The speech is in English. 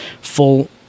full